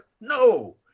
no